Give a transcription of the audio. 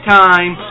time